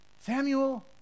Samuel